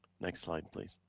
next slide, please.